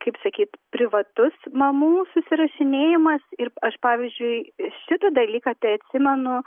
kaip sakyt privatus mamų susirašinėjimas ir aš pavyzdžiui šitą dalyką tai atsimenu